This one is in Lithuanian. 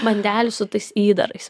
bandelių su tais įdarais